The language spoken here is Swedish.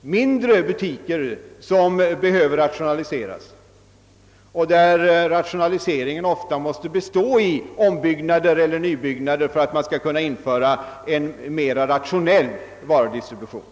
mindre butiker som behöver rationaliseras och där omeller nybyggnader ofta måste göras för att man skall kunna införa en mera rationell varudistribution.